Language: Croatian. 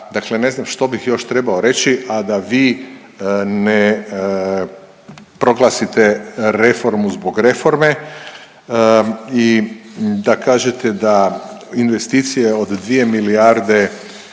dakle ne znam što bih još trebao reći, a da vi ne proglasite reformu zbog reforme i da kažete da investicije od 2 milijarde